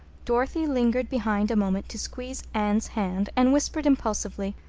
dorothy lingered behind a moment to squeeze anne's hand and whisper impulsively.